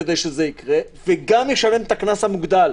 כדי שזה יקרה וגם ישלם את הקנס המוגדל.